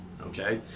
okay